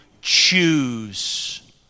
choose